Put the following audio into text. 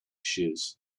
shoes